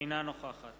אינה נוכחת